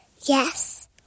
Yes